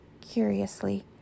curiously